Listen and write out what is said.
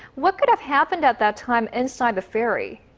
what could have happened at that time inside the ferry?